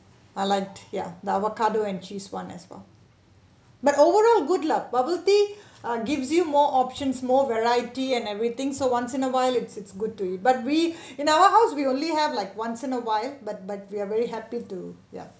I like ya the avocado and cheese one as well but overall good lah bubble tea ah gives you more options more variety and everything so once in a while it's it's good to but we in our house we only have like once in awhile but but we are very happy to ya